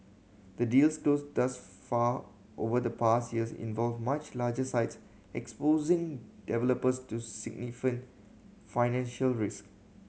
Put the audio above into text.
the deals closed thus far over the past years involved much larger sites exposing developers to financial risk